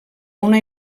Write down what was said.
una